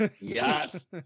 Yes